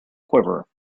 quiver